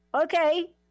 okay